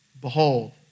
Behold